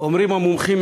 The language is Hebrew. אומרים המומחים,